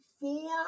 four